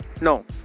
No